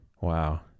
Wow